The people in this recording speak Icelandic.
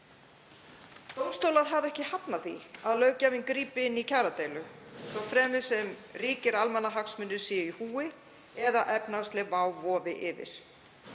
Dómstólar hafa ekki hafnað því að löggjafinn grípi inn í kjaradeilu svo fremi sem ríkir almannahagsmunir séu í húfi eða efnahagsleg vá vofi yfir.